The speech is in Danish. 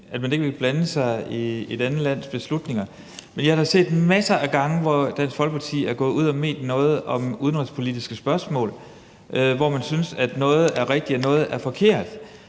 at man ikke vil blande sig i et andet lands beslutninger, men jeg har da set masser af gange, hvor Dansk Folkeparti er gået ud og har ment noget om udenrigspolitiske spørgsmål, og hvor man synes, at noget er rigtigt og noget er forkert.